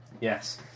Yes